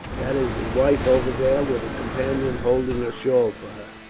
that is his wife over there, with a companion holding her shawl for her.